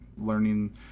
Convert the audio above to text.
learning